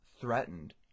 threatened